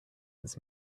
its